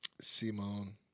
Simone